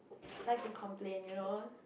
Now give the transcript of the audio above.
like to complain you know